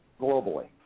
globally